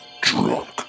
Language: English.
drunk